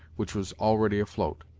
which was already afloat.